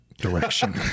direction